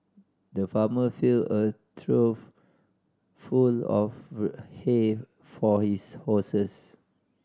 the farmer filled a trough full of hay for his horses